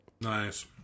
nice